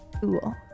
cool